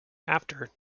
after